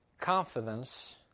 confidence